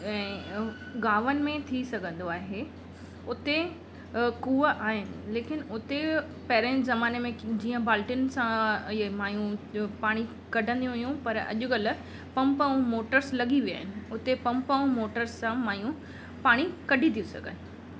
ऐं गांवनि में थी सघंदो आहे उते खूहा आहिनि लेकिन हुते पहिरीं ज़माने में जीअं बाल्टिनि सां इहे माइयूं जो पाणी कढंदी हुइयूं पर अॼुकल्ह पंप ऐं मोटर्स लॻी विया आहिनि हुते पंप ऐं मोटर्स सां माइयूं पाणी कढी थियूं सघनि